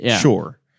sure